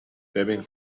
ببین